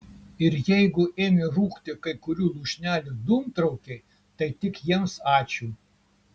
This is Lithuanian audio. ir jeigu ėmė rūkti kai kurių lūšnelių dūmtraukiai tai tik jiems ačiū